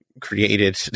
created